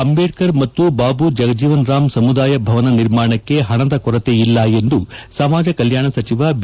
ಅಂಬೇಡ್ಕರ್ ಮತ್ತು ಬಾಬು ಜಗಜೀವನ್ ರಾಮ್ ಸಮುದಾಯ ಭವನ ನಿರ್ಮಾಣಕ್ಕೆ ಹಣದ ಕೊರತೆ ಇಲ್ಲ ಎಂದು ಸಮಾಜ ಕಲ್ಲಾಣ ಸಚಿವ ಬಿ